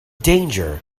danger